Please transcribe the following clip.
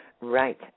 Right